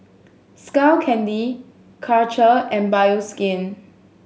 Skull Candy Karcher and Bioskin